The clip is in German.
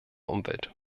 umwelt